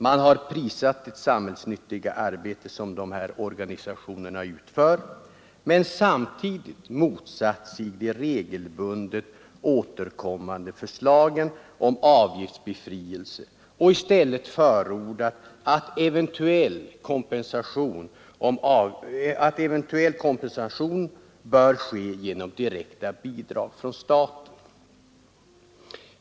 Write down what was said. Man har prisat det samhällsnyttiga arbete som dessa organisationer utför men samtidigt motsatt sig de regelbundet återkommande förslagen om avgiftsbefrielse och i stället förordat att eventuell kompensation bör ske genom direkta bidrag från staten.